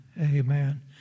Amen